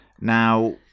Now